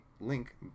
link